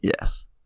Yes